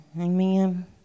Amen